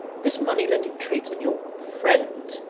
this money-lending tradesman, your friend!